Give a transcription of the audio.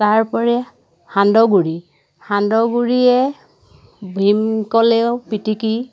তাৰোপৰি সান্দহ গুড়ি সান্দহ গুড়িয়ে ভীম কলেও পিটিকি